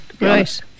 right